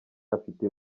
afite